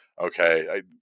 Okay